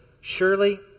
Surely